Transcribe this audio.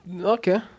okay